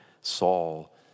Saul